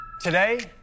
Today